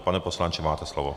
Pane poslanče, máte slovo.